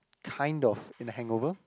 kind of in a hangover